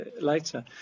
later